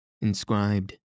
inscribed